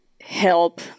help